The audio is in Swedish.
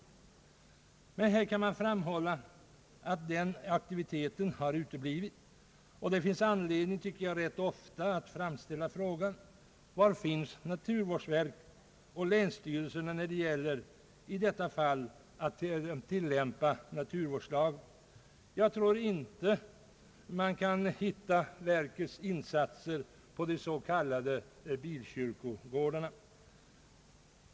Här kan framhållas att den aktiviteten har uteblivit, och det finns rätt ofta anledning att fråga: Var finns naturvårdsverket och länsstyrelserna när det gäller att tillämpa naturvårdslagen i detta fall? Jag tror inte att man kan hitta verkets insatser på de s.k. bilkyrkogårdarna.